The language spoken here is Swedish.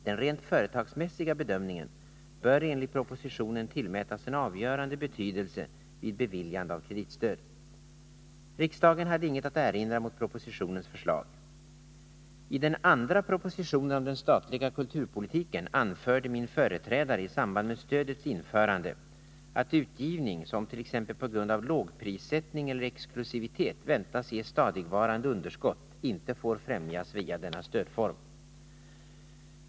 Den rent företagsmässiga bedömningen bör enligt propositionen tillmätas en avgörande betydelse vid beviljande av kreditstöd. Riksdagen hade inget att erinra mot propositionens förslag. I den andra propositionen om den statliga kulturpolitiken anförde min företrädare i samband med stödets införande att utgivning som, t.ex. på grund av lågprissättning eller exklusivitet, väntas ge stadigvarande underskott, inte får främjas via denna stödform.